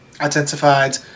identified